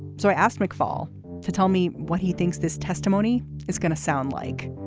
so i asked mcfaul to tell me what he thinks this testimony is going to sound like.